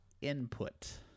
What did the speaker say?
input